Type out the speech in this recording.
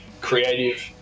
creative